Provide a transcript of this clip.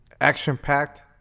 action-packed